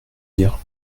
dire